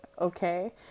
okay